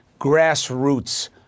grassroots